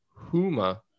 -huma